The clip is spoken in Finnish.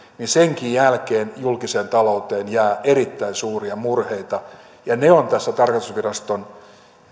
senkin jälkeen julkiseen talouteen jää erittäin suuria murheita ja ne on tässä tarkastusviraston